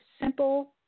simple